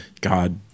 God